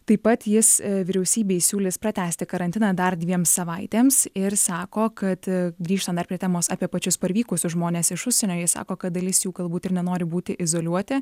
taip pat jis vyriausybei siūlys pratęsti karantiną dar dviem savaitėms ir sako kad grįžtant dar prie temos apie pačius parvykusius žmones iš užsienio jis sako kad dalis jų galbūt ir nenori būti izoliuoti